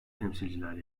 temsilciler